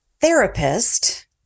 therapist